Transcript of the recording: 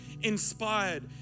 inspired